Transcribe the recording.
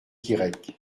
guirec